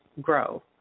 grow